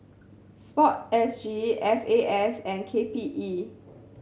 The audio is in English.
Sport S G F A S and K P E